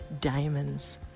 diamonds